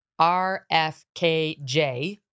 RFKJ